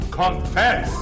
confess